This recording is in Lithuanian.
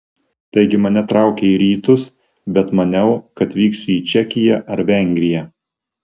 taigi mane traukė į rytus bet maniau kad vyksiu į čekiją ar vengriją